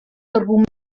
argument